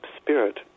spirit